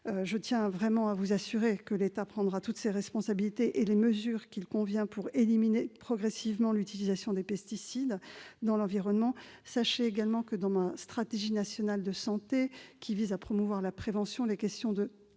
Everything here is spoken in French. Je tiens à vous assurer que l'État prendra toutes ses responsabilités et édictera les mesures nécessaires pour éliminer progressivement l'utilisation des pesticides dans l'environnement. Sachez également que, dans ma stratégie nationale de santé, qui vise à promouvoir la prévention, les questions de